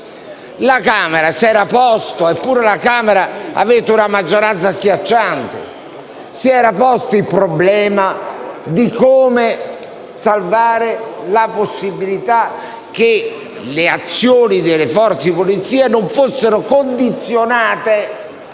si era posta il problema di come evitare la possibilità che le azioni delle forze di polizia fossero condizionate